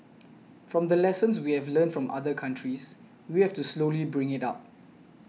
from the lessons we have learnt from other countries we have to slowly bring it up